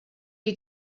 you